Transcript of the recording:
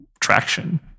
traction